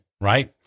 right